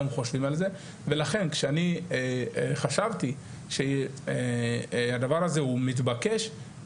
חושבים על זה ולכן כשאני חשבתי שהדבר הזה הוא מתבקש,